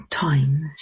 times